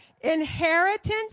inheritance